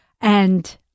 And-